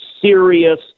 serious